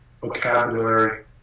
vocabulary